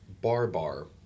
bar-bar